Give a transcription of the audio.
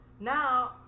Now